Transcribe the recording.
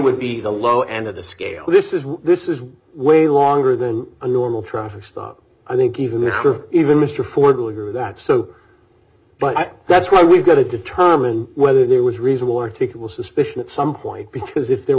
would be the low end of the scale this is this is way longer than a normal traffic stop i think even even mr ford will agree that so but that's why we've got to determine whether there was reasonable articulable suspicion at some point because if there